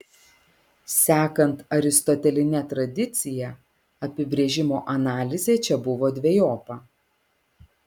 sekant aristoteline tradicija apibrėžimo analizė čia buvo dvejopa